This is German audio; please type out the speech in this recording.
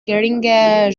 geringe